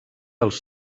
els